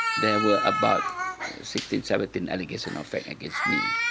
there were about sixteen, seventeen allegational facts against me.